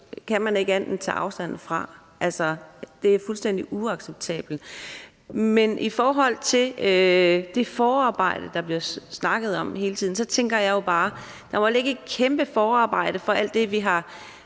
kan man ikke andet end at tage afstand fra. Altså, det er fuldstændig uacceptabelt. Men i forhold til det forarbejde, der bliver snakket om hele tiden, så tænker jeg jo bare, at der må ligge et kæmpe forarbejde om alt det, vi har